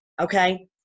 okay